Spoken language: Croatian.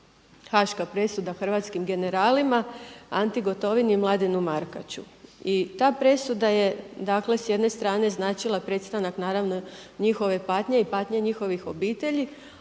Haaška presuda hrvatskim generalima Anti Gotovini i Mladenu Markaču. I ta presuda je, dakle s jedne strane značila prestanak naravno njihove patnje i patnje njihovih obitelji.